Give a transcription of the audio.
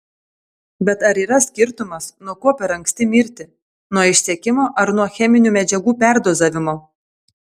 bet ar yra skirtumas nuo ko per anksti mirti nuo išsekimo ar nuo cheminių medžiagų perdozavimo